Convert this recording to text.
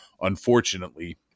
Unfortunately